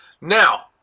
Now